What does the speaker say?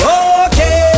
okay